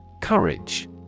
Courage